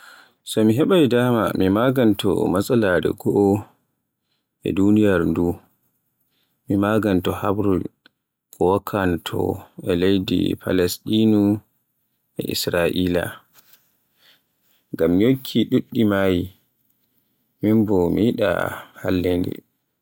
So mi heɓaay dama mi maganto matsalaare goo e duniyaaru ndu, mi maganto habre ko wakkanoto e leydi Palasɗinu e Isra'ila, ngam yonkiji ɗuɗɗi maayi, min bo mi yiɗa hallende.